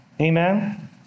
Amen